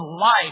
life